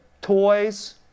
toys